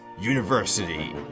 University